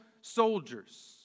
soldiers